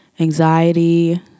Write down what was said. Anxiety